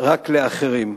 רק לאחרים.